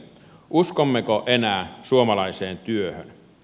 uskommeko enää suomalaiseen työhön